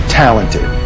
talented